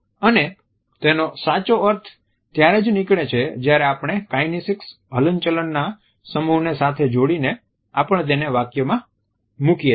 અને તેનો સાચો અર્થ ત્યારે જ નીકળે છે જયારે આપણે કાઈનેસીક્સ હલનચલન ના સમૂહને સાથે જોડીને આપણે તેને વાક્યમાં મૂકીએ છીએ